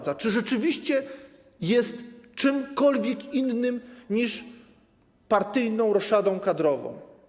Czy rzeczywiście jest to czymkolwiek innym niż partyjną roszadą kadrową?